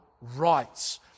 rights